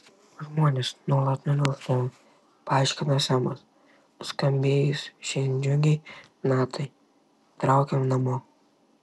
žmonės nuolat nuvils tave paaiškino semas nuskambėjus šiai džiugiai natai traukiam namo